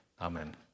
Amen